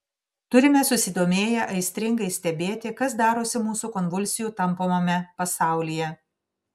turime susidomėję aistringai stebėti kas darosi mūsų konvulsijų tampomame pasaulyje